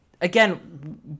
again